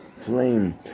flame